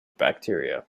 bacteria